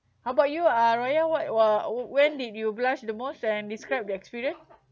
how about you uh raya what was when did you blush the most and describe the experience